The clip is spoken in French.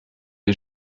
les